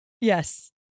Yes